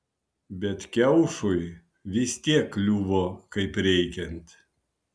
bet kiaušui vis tiek kliuvo kaip reikiant